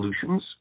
solutions